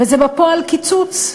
וזה בפועל קיצוץ.